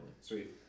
Sweet